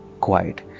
quiet